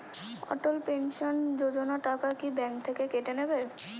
অটল pension যোজনা টাকা কি ব্যাংক থেকে কেটে নেবে?